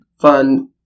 fun